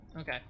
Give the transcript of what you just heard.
Okay